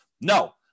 no